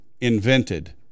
invented